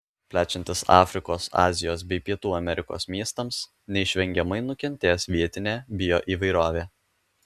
plečiantis afrikos azijos bei pietų amerikos miestams neišvengiamai nukentės vietinė bioįvairovė